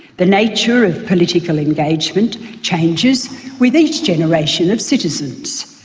the nature of political engagement changes with each generation of citizens.